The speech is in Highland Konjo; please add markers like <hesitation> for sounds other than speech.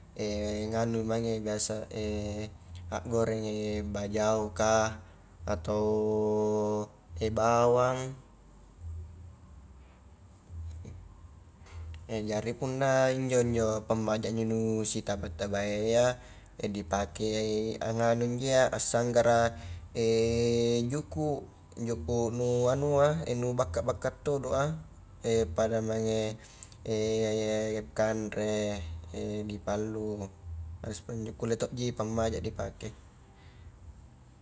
<hesitation> nganu mange biasa <hesitation> akgorengi bajao kah, atau <hesitation> bawang, <hesitation> jari punna injo-njo pammaja nu sitaba-tabayya ia <hesitation> dipakei anganu injo iya assanggara <hesitation> juku' juku' nu anua, <hesitation> nubakka-bakka todo a <hesitation> pada mange <hesitation> kanre <hesitation> dipallu, haruspi injo kulle to ji pammaja dipake.